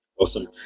Awesome